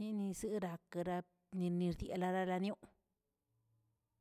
nenezinniakrakara nerneranala dioꞌ.